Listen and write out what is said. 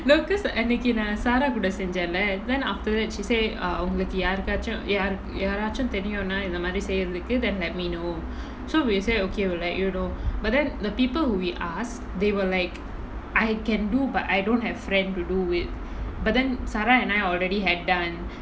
no because அன்னைக்கு நா:annaikku naa zarah கூட சென்ஜென்ல:kooda senjaenla then after that she say err ஒங்களுக்கு யாருக்காச்சும் யாருக்கு யாராச்சும் தெரியுனா இந்த மாதிரி செய்றதுக்கு:ongalukku yaarukachum yaarukku yaarachum theriyunaa intha maathiri seirathukku then let me know so we say okay we'll let you know but then the people we ask they were like I can do but I don't have friends to do it but then zarah and I already had done